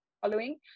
following